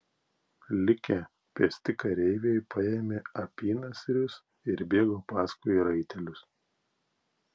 likę pėsti kareiviai paėmė apynasrius ir bėgo paskui raitelius